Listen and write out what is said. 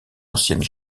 ancienne